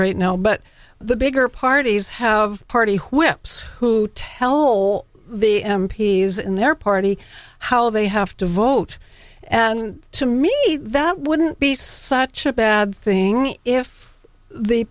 right now but the bigger parties have party whips who tell the m p s in their party how they have to vote and to me that wouldn't be such a bad thing if the